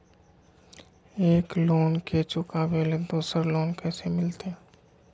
एक लोन के चुकाबे ले दोसर लोन कैसे मिलते?